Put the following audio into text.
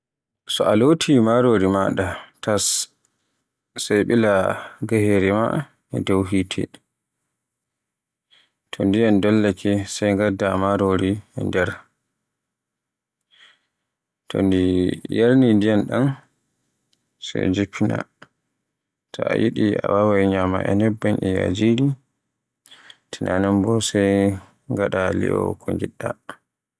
So a looti marori maada tas, sey ɓila gahere maaɗa e dow hite to ndiyam dollaake sey ngata marori e nder. To ndi yarni ndiyam ɗam sai jiffina ta yiɗi a waawai nyama e nebban e yajiri. Tina non no sey ngada li'o ko ngiɗɗa.